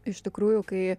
iš tikrųjų kai